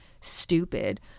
stupid